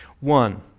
One